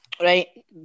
right